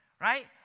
right